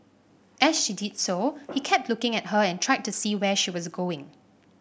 as she did so he kept looking at her and tried to see where she was going